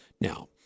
now